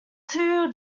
two